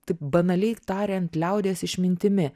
taip banaliai tariant liaudies išmintimi